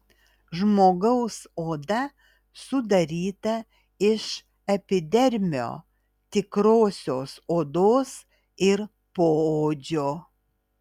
žmogaus oda sudaryta iš epidermio tikrosios odos ir poodžio